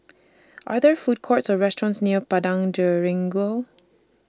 Are There Food Courts Or restaurants near Padang Jeringau